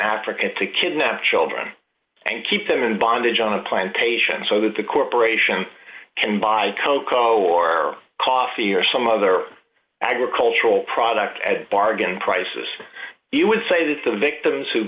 africa to kidnap children and keep them in bondage on a plantation so that the corporations can buy cocoa or coffee or some other agricultural product at bargain prices you would say that the victims who